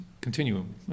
continuum